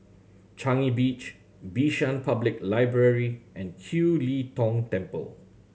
Changi Beach Bishan Public Library and Kiew Lee Tong Temple